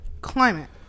climate